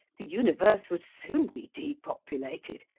the universe would soon be depopulated.